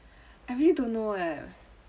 I really don't know leh